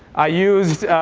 i used